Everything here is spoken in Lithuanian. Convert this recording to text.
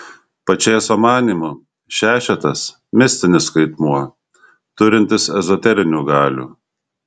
pačėso manymu šešetas mistinis skaitmuo turintis ezoterinių galių